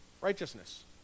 righteousness